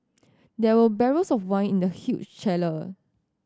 there were barrels of wine in the huge chiller